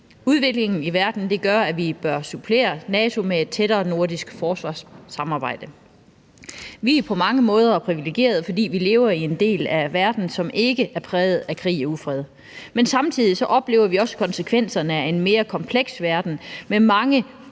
Udviklingen i verden gør, at vi bør supplere NATO med et tættere nordisk forsvarssamarbejde. Vi er på mange måder privilegerede, fordi vi lever i en del af verden, som ikke er præget af krig og ufred, men samtidig oplever vi konsekvenserne af en mere kompleks verden med mange